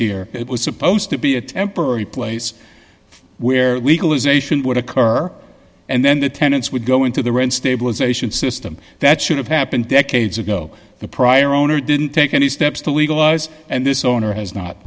here it was supposed to be a temporary place where we call ization would occur and then the tenants would go into the rent stabilization system that should have happened decades ago the prior owner didn't take any steps to legalize and this owner has not